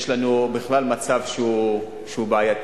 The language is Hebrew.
יש לנו בכלל מצב שהוא בעייתי,